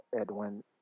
Edwin